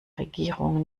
regierung